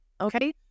Okay